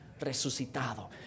resucitado